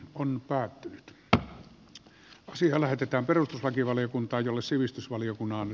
puhemiesneuvosto ehdottaa että asia lähetetään hallintovaliokuntaan jolle sivistysvaliokunnan